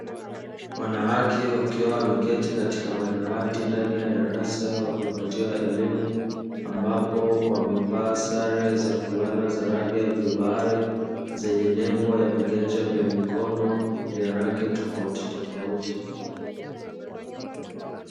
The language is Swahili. Wanawake wakiwa wameketi katika madawati ndani ya darasa wakipatiwa elimu, ambapo wamevaa sare za fulana za rangi ya bluu bahari zenye nembo ya viganja vya mikono vya rangi tofautitofauti.